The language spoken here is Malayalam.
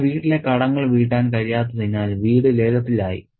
തന്റെ വീട്ടിലെ കടങ്ങൾ വീട്ടാൻ കഴിയാത്തതിനാൽ വീട് ലേലത്തിൽ ആയി